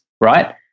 right